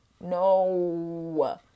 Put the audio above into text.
No